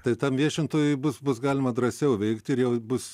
tai tam viešintojui bus bus galima drąsiau veikti ir jau bus